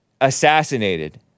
assassinated